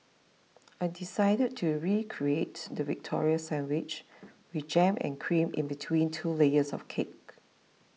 I decided to recreate the Victoria Sandwich with jam and cream in between two layers of cake